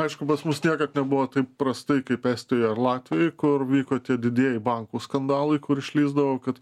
aišku pas mus niekad nebuvo taip prastai kaip estijoj ar latvijoj kur vyko tie didieji bankų skandalai kur išlįsdavo kad